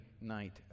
night